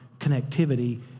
connectivity